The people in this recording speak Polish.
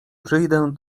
przyjdę